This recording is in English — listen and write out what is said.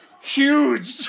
huge